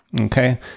okay